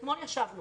אתמול ישבנו